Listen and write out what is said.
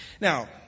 Now